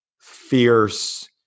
fierce